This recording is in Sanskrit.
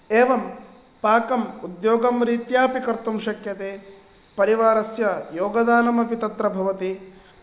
एवं पाकं उद्योगरीत्या अपि कर्तुं शक्यते परिवारस्य योगदानमपि तत्र भवति